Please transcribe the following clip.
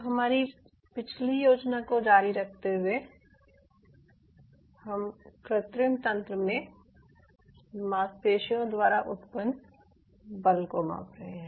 तो हमारी पिछली योजना को जारी रखते हुए हम कृत्रिम तंत्र में मांसपेशियों द्वारा उत्पन्न बल को माप रहे हैं